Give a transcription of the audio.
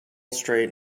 straight